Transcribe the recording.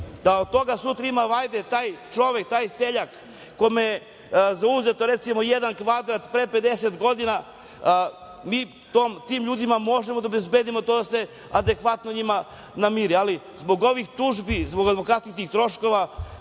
da od toga sutra ima vajde taj čovek, taj seljak kome je zauzet, recimo, jedan kvadrat pre 50 godina, mi tim ljudima možemo da obezbedimo to da se adekvatno njima namiri. Ali, zbog ovih tužbi, zbog advokatskih troškova,